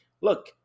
Look